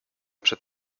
przed